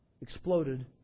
exploded